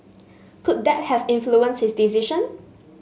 could that have influenced his decision